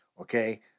Okay